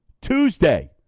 Tuesday